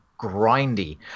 grindy